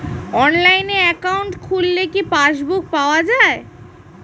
অনলাইনে একাউন্ট খুললে কি পাসবুক পাওয়া যায়?